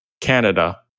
Canada